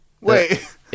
Wait